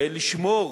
לשמור